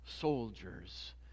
soldiers